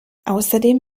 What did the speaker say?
außerdem